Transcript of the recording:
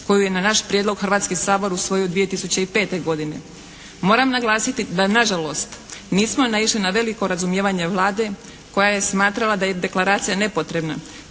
koju je na naš prijedlog Hrvatski sabor usvojio 2005. godine. Moram naglasiti da nažalost nismo naišli na veliko razumijevanje Vlade koja je smatrala da je Deklaracija nepotrebna